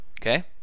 Okay